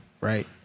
right